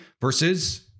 versus